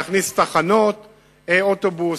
להכניס תחנות אוטובוס,